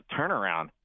turnaround